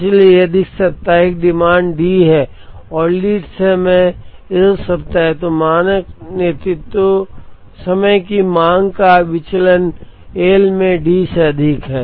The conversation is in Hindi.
इसलिए यदि साप्ताहिक डिमांड डी है और लीड समय एल सप्ताह है तो मानक नेतृत्व समय की मांग का विचलन L में D से अधिक है